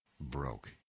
broke